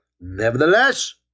nevertheless